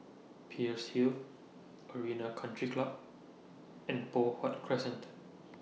Peirce Hill Arena Country Club and Poh Huat Crescent